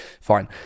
fine